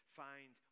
find